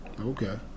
Okay